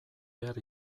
behar